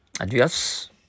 Adios